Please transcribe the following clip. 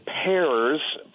pairs